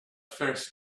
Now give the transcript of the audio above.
first